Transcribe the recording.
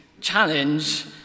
challenge